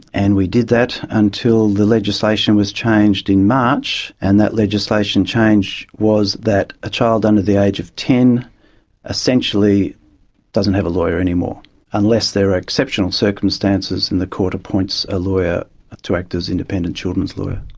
and we did that until the legislation was changed in march and that legislation change was that a child under the age of ten essentially doesn't have a lawyer anymore unless there are exceptional circumstances and the court appoints a lawyer to act as an independent children's lawyer.